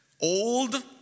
old